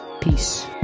Peace